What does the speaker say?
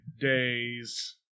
Days